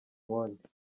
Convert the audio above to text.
konti